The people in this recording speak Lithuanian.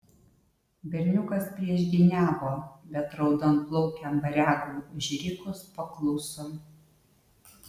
berniukas priešgyniavo bet raudonplaukiam variagui užrikus pakluso